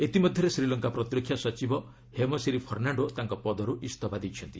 ଇତିମଧ୍ୟରେ ଶ୍ରୀଲଙ୍କା ପ୍ରତିରକ୍ଷା ସଚିବ ହେମଶିରି ଫର୍ଷ୍ଣାଡୋ ତାଙ୍କ ପଦରୁ ଇସ୍ତଫା ଦେଇଛନ୍ତି